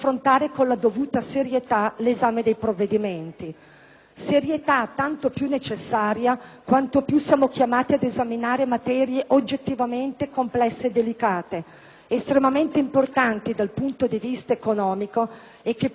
Serietà tanto più necessaria quanto più siamo chiamati ad esaminare materie oggettivamente complesse e delicate, estremamente importanti dal punto di vista economico e che producono un effetto sociale di massima rilevanza.